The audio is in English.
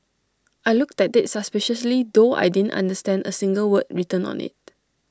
I looked at IT suspiciously though I didn't understand A single word written on IT